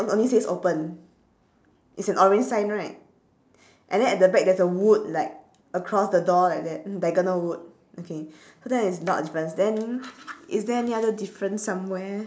only says open it's an orange sign right and then at the back there's a wood like across the door like that diagonal wood okay so that is not a difference then is there any other difference somewhere